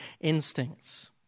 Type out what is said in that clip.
instincts